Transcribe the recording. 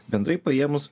bendrai paėmus